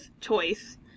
choice